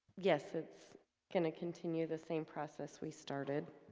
yes. it's gonna continue the same process we started